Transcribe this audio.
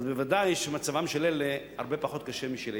אז ודאי שמצבם של אלה הרבה פחות קשה משל עיוור,